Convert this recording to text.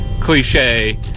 cliche